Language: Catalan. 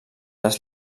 les